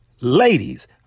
ladies